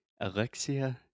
Alexia